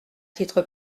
titre